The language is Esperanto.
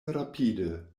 rapide